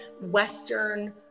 Western